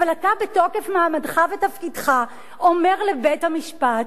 אבל אתה בתוקף מעמדך ותפקידך אומר לבית-המשפט: